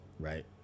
Right